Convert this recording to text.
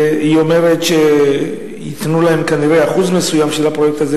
והיא אומרת שייתנו להם כנראה לבצע אחוז מסוים של הפרויקט הזה,